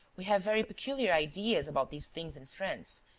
we have very peculiar ideas about these things in france,